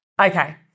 Okay